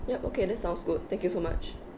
yup okay that sounds good thank you so much